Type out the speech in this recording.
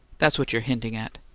that's what you're hinting at.